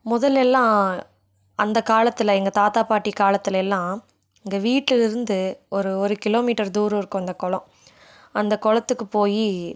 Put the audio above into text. முதல் எல்லாம் அந்த காலத்தில் எங்கள் தாத்தா பாட்டி காலத்திலே எல்லாம் எங்கள் வீட்டில் இருந்து ஒரு ஒரு கிலோ மீட்டர் தூரம் இருக்கும் அந்த குளம் அந்த குளத்துக்கு போய்